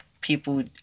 people